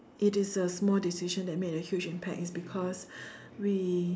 it is a small decision that made a huge impact is because we